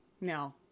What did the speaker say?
No